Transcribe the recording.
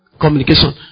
Communication